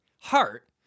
heart